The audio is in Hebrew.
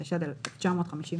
התשי"ד-1954,